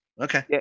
Okay